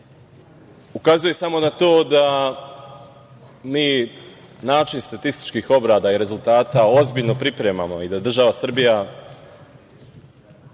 ukazuje samo na to da mi način statističkih obrada i rezultata ozbiljno pripremamo i da država Srbija